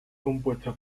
compuesta